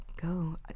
go